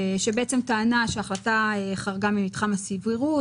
שטענה שההחלטה חרגה ממתחם הסבירות,